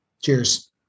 Cheers